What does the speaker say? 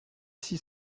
six